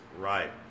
right